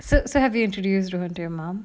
so so have you introduced rowen to your mom